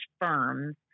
firms